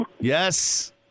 Yes